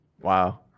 Wow